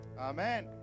Amen